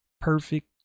perfect